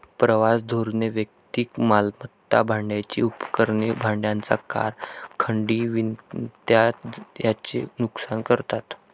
प्रवास धोरणे वैयक्तिक मालमत्ता, भाड्याची उपकरणे, भाड्याच्या कार, खंडणी विनंत्या यांचे नुकसान करतात